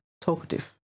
talkative